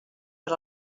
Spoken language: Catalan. per